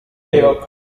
ibihugu